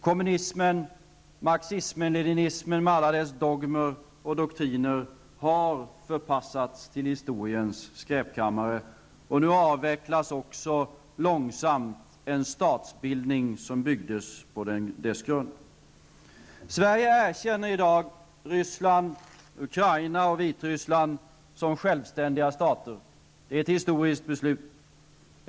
Kommunismen -- marxism-leninismen med alla dess dogmer och doktriner -- har förpassats till historiens skräpkammare. Nu avvecklas också långsamt en statsbildning som byggdes på dess grund. Sverige erkänner i dag Ryssland, Ukraina och Vitryssland som självständiga stater. Det är ett historiskt beslut.